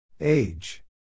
Age